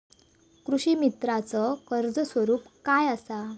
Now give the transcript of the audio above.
कृषीमित्राच कर्ज स्वरूप काय असा?